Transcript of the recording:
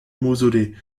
mausolée